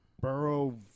borough